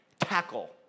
Tackle